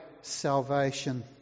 salvation